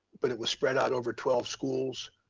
but it was spread out over twelve schools.